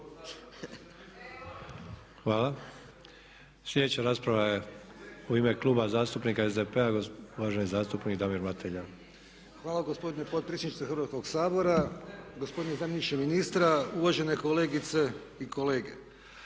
Hvala. Sljedeća rasprava je u ime Kluba zastupnika SDP-a, uvaženi zastupnik Damir Mateljan. **Mateljan, Damir (SDP)** Hvala gospodine potpredsjedniče Hrvatskog sabora, gospodine zamjeniče ministra, uvažene kolegice i kolege.